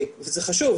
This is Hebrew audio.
זה חשוב,